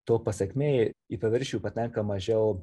to pasekmė į paviršių patenka mažiau